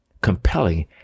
Compelling